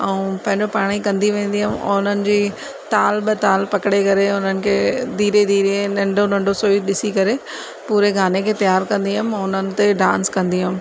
ऐं पंहिंजो पाणे कंदी वेंदी हुअमि ऐं हुननि जी ताल बि ताल पकिड़े करे उन्हनि खे धीरे धीरे नंढो नंढो सो ॾिसी करे पूरे गाने खे तयार कंदी हुअमि उन्हनि ते डांस कंदी हुअमि